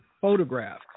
photograph